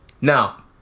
Now